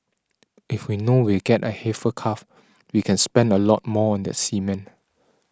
if we know we'll get a heifer calf we can spend a lot more on the semen